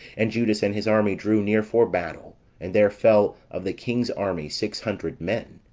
and judas and his army drew near for battle and there fell of the king's army six hundred men.